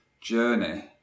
journey